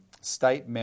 state